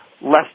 less